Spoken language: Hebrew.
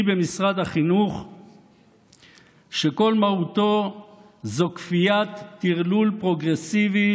במשרד החינוך שכל מהותו זו כפיית טרלול פרוגרסיבי